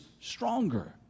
stronger